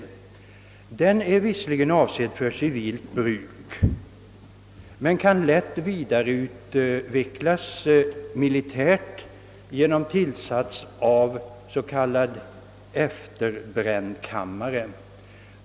Den är visserligen avsedd för civilt bruk men kan lätt vidareutvecklas till militär användning genom tillsats av s.k. efterbrännkammare.